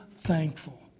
thankful